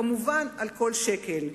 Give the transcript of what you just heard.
וכמובן על כל שקל.